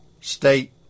state